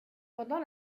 pendant